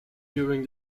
during